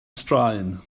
straen